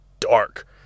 dark